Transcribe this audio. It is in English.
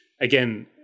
again